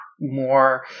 more